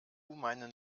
meinen